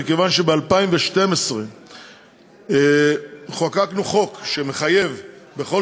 מכיוון שב-2012 חוקקנו חוק שמחייב בכל